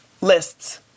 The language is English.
lists